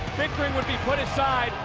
victory would be put aside,